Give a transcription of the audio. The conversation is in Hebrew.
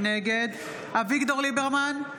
נגד אביגדור ליברמן,